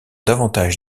davantage